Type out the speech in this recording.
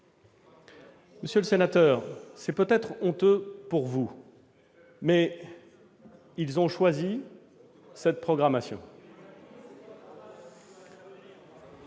Monsieur le sénateur, c'est peut-être honteux pour vous, mais ils ont choisi cette programmation.